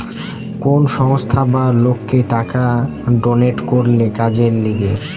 কোন সংস্থা বা লোককে টাকা ডোনেট করলে কাজের লিগে